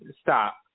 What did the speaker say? stop